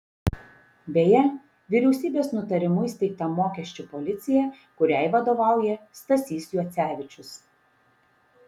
beje vyriausybės nutarimu įsteigta mokesčių policija kuriai vadovauja stasys juocevičius